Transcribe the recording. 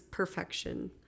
Perfection